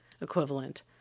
equivalent